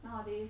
nowadays